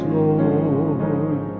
lord